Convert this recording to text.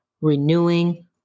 renewing